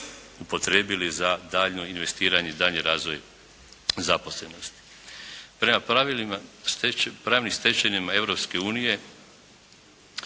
upotrijebili za dalje investiranje i daljnji razvoj zaposlenosti. Prema pravnim stečevinama